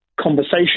conversation